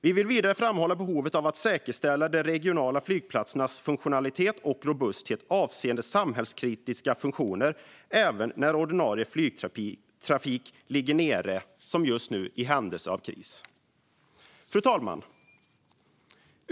Vi vill vidare framhålla behovet av att säkerställa de regionala flygplatsernas funktionalitet och robusthet avseende samhällskritiska funktioner även när ordinarie flygtrafik ligger nere i händelse av kris, som just nu. Fru talman!